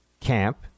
camp